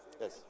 Yes